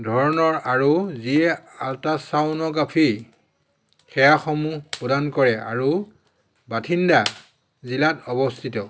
ধৰণৰ আৰু যিয়ে আলট্ৰছন'গ্ৰাফী সেৱাসমূহ প্ৰদান কৰে আৰু বাসিণ্ডা জিলাত অৱস্থিত